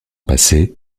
passé